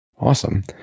Awesome